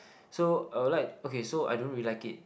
so I will like okay so I don't really like it